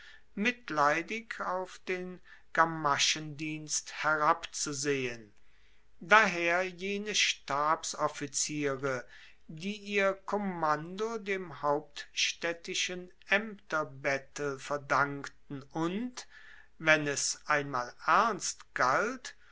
mitleidig auf den gamaschendienst herabzusehen daher jene stabsoffiziere die ihr kommando dem hauptstaedtischen aemterbettel verdankten und wenn es einmal ernst galt